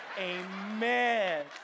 amen